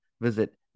Visit